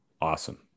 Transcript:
Awesome